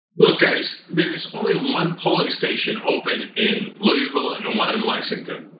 look guys, there's only one polling station open in louisville and and one in lexington.